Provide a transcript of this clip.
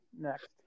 next